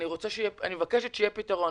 אני מבקשת פתרון.